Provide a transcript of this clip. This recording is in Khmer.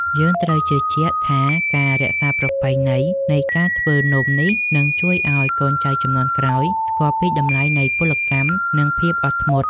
យើងត្រូវជឿជាក់ថាការរក្សាប្រពៃណីនៃការធ្វើនំនេះនឹងជួយឱ្យកូនចៅជំនាន់ក្រោយស្គាល់ពីតម្លៃនៃពលកម្ម និង ភាពអត់ធ្មត់។